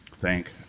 thank